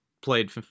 played